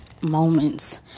moments